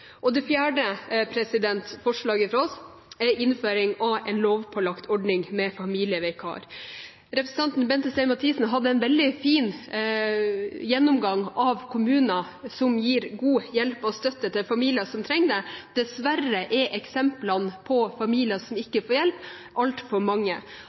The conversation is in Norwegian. liv. Det fjerde forslaget fra oss er innføring av en lovpålagt ordning med familievikar. Representanten Bente Stein Mathisen hadde en veldig fin gjennomgang av kommuner som gir god hjelp og støtte til familier som trenger det. Dessverre er eksemplene på familier som ikke får hjelp, altfor mange.